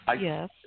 Yes